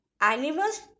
animals